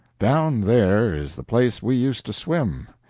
down there is the place we used to swim,